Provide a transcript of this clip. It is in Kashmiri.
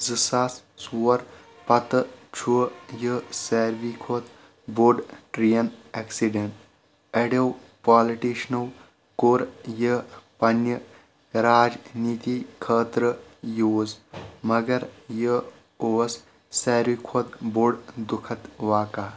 زٕ ساس ژور پتہٕ چھُ یہِ ساروے کھۄتہٕ بوٚڑ ٹرین اٮ۪کسہِ ڈینٛٹ اڈیو پالٹشنو کوٚر یہِ پننہِ راج نیٖتی خٲطرٕ یوٗز مگر یہِ اوس ساروے کھۄتہٕ بوٚڑ دُکھت واقع